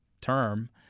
term